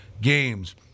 games